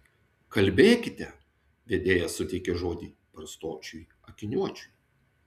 kalbėkite vedėja suteikė žodį barzdočiui akiniuočiui